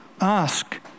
Ask